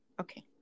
Okay